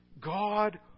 God